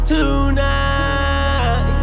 Tonight